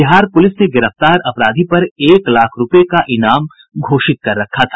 Bihar police ने गिरफ्तार अपराधी पर एक लाख रुपए का इनाम घोषित कर रखा था